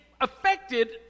affected